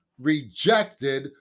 rejected